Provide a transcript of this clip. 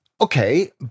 Okay